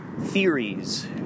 theories